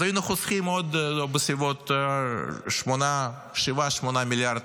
אז היינו חוסכים בסביבות 8-7 מיליארד